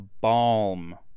balm